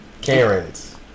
Karens